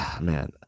Man